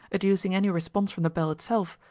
educing any response from the bell itself,